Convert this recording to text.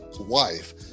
wife